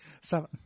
Seven